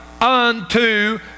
unto